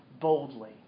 boldly